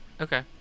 okay